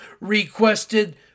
requested